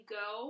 go